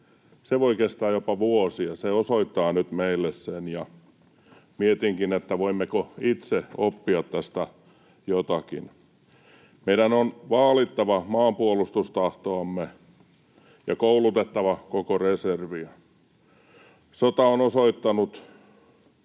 on, voi kestää jopa vuosia, se osoittaa nyt meille sen, ja mietinkin, voimmeko itse oppia tästä jotakin. Meidän on vaalittava maanpuolustustahtoamme ja koulutettava koko reserviä. Sota on osoittanut